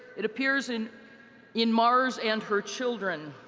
it appears in in mars and her children.